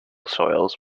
soils